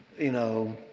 you know,